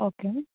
okay